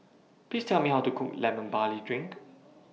Please Tell Me How to Cook Lemon Barley Drink